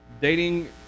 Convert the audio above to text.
dating